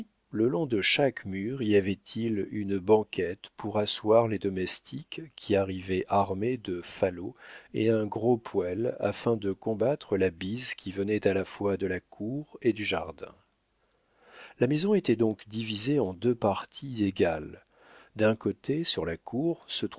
le long de chaque mur y avait-il une banquette pour asseoir les domestiques qui arrivaient armés de falots et un gros poêle afin de combattre la bise qui venait à la fois de la cour et du jardin la maison était donc divisée en deux parties égales d'un côté sur la cour